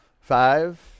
Five